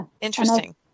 Interesting